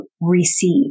receive